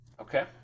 Okay